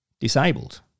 disabled